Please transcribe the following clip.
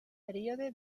període